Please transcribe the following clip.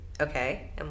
Okay